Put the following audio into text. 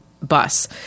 bus